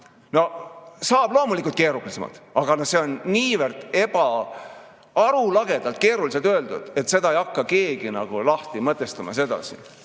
No saab loomulikult keerulisemalt, aga no see on niivõrd arulagedalt ja keeruliselt öeldud, et seda ei hakka keegi lahti mõtestama.